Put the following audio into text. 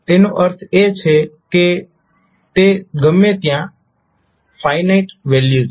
તેનો અર્થ એ છે કે તે ગમે ત્યાં ફાઇનાઇટ વેલ્યુ છે